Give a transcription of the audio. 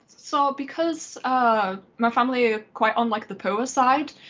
so because ah my family are quite on like the poor side,